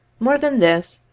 more than this,